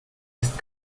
ist